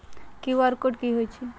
QR code कि हई छई?